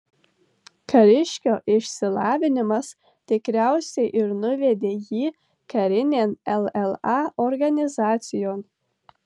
kariškio išsilavinimas tikriausiai ir nuvedė jį karinėn lla organizacijon